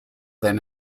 than